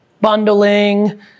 Bundling